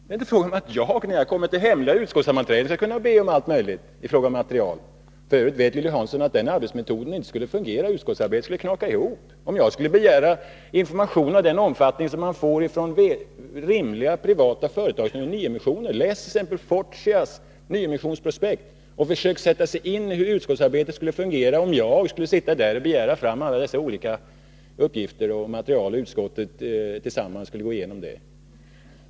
Det är inte fråga om att jag, när jag kommer till hemliga utskottssammanträden, skall kunna be om allt möjligt material. Lilly Hansson vet att den arbetsmetoden inte skulle fungera. Utskottsarbetet skulle braka ihop, om jag skulle begära information av den omfattning som man får från rimliga, privata företag som gör nyemissioner. Fortias nyemissionsprospekt, och försök sätta er in i hur utskottsarbetet skulle fungera om jag skulle sitta där och begära fram alla dessa olika uppgifter och material och vi i utskottet tillsammans skulle gå igenom dem!